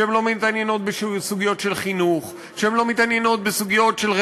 שהן לא מתעניינות בסוגיות של חינוך,